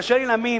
קשה לי להאמין,